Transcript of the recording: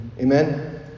Amen